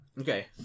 Okay